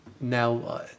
now